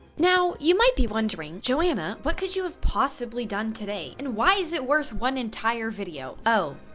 now, you might be wondering, joana, what could you have possibly done today? and why is it worth one entire video? oh.